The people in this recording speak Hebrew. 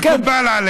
הצבעה אחת בלבד.